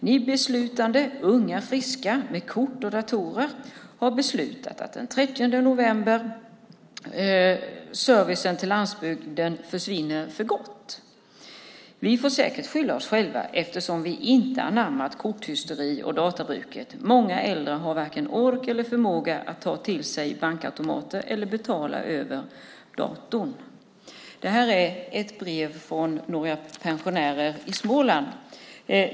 Ni beslutande unga friska med Kort och Datorer har beslutat den 30/11 servicen till LANDSBYGDEN försvinner för gott. Vi får säkert skylla oss själva eftersom vi inte anammat korthysteriet och datorbruket. Många äldre har varken ork eller förmåga att ta sig till bankautomater eller betala över datorn." Det här är ett brev från några pensionärer i Småland.